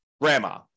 grandma